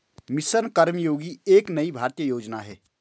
mission Karmayogi एक नई भारतीय योजना है